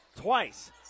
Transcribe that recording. twice